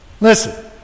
Listen